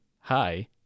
hi